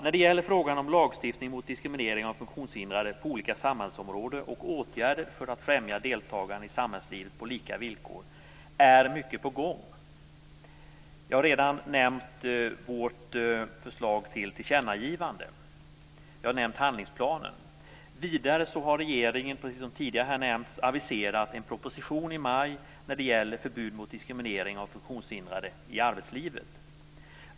När det gäller frågan om lagstiftning mot diskriminering av funktionshindrade på olika samhällsområden och åtgärder för att främja deltagande i samhällslivet på lika villkor är mycket på gång. Jag har redan nämnt vårt förslag till tillkännagivande. Jag har nämnt handlingsplanen. Vidare har regeringen, precis som tidigare har nämnts, aviserat en proposition i maj som gäller förbud mot diskriminering av funktionshindrade i arbetslivet.